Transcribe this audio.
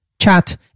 chat